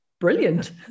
Brilliant